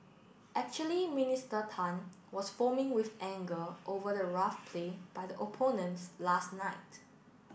actually Minister Tan was foaming with anger over the rough play by the opponents last night